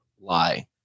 lie